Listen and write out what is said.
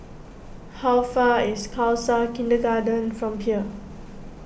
how far away is Khalsa Kindergarten from here